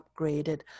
upgraded